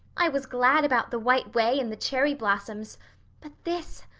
i was glad about the white way and the cherry blossoms but this!